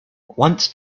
once